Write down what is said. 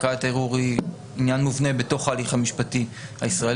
ערכאת ערעור היא עניין מובנה בתוך ההליך המשפטי הישראלי,